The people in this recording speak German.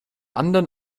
anderen